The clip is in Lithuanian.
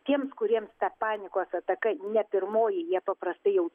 tiems kuriems ta panikos ataka ne pirmoji jie paprastai jau